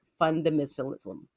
fundamentalism